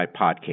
Podcast